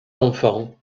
enfants